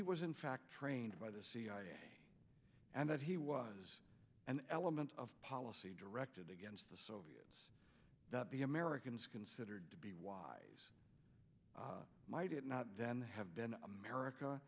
he was in fact trained by the cia and that he was an element of policy directed against the soviets that the americans considered to be wise might it not then have been america